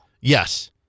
Yes